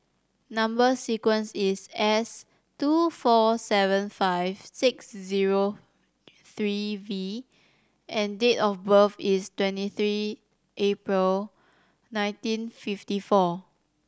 number sequence is S two four seven five six zero three V and date of birth is twenty three April nineteen fifty four